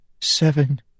Seven